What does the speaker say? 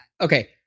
okay